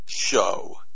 show